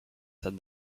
than